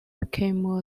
became